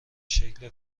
شکل